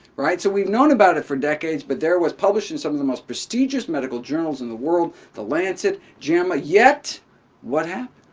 right? so we've known about it for decades, but there it was, published in some of the most prestigious medical journals in the world, the lancet, jama, yet what happened?